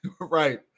right